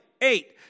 eight